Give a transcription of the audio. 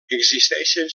existeixen